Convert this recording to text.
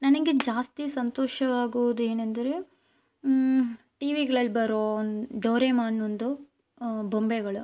ನನಗೆ ಜಾಸ್ತಿ ಸಂತೋಷವಾಗುವುದೇನೆಂದರೆ ಟಿವಿಗಳಲ್ಲಿ ಬರೋ ಒನ್ ಡೋರೆಮೋನ್ ಒಂದು ಬೊಂಬೆಗಳು